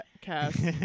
cast